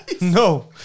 no